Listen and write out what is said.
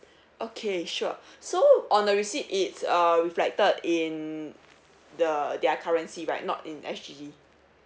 okay sure so on the receipt it's uh reflected in the their currency right not in S_G_D